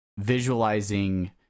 visualizing